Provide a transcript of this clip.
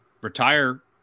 retire